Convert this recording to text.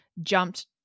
jumped